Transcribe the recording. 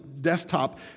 desktop